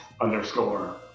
underscore